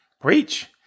preach